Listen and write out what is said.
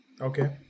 Okay